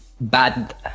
bad